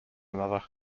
another